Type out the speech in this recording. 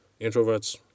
Introverts